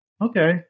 okay